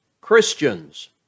Christians